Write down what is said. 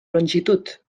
longitud